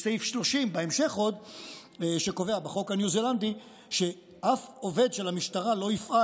יש סעיף 30 בהמשך החוק הניו זילנדי שקובע שאף עובד של המשטרה לא יפעל,